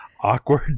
Awkward